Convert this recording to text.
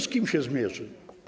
Z kim się zmierzy?